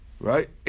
Right